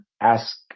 ask